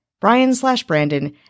Brian-slash-Brandon